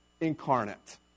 incarnate